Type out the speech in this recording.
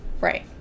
Right